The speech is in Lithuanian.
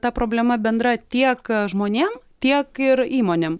ta problema bendra tiek žmonėm tiek ir įmonėm